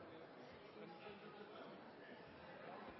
president